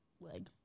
leg